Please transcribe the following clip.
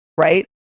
right